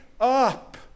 up